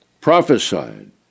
Prophesied